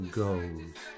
goes